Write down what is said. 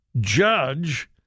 judge